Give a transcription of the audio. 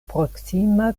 proksima